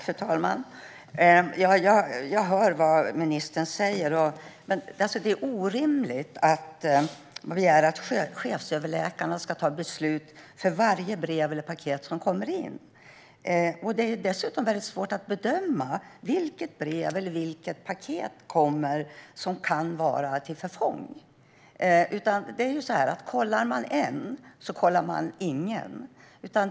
Fru talman! Jag hör vad ministern säger. Det är orimligt att begära att chefsöverläkarna ska ta beslut om varje brev eller paket som kommer in. Det är dessutom väldigt svårt att bedöma vilket brev eller paket som kan vara till förfång. Kollar man en, kollar man ingen.